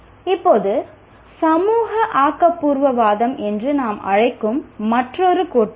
இப்போது சமூக ஆக்கபூர்வவாதம் என்று நாம் அழைக்கும் மற்றொரு கோட்பாடு